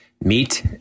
meet